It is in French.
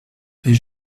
les